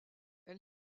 elle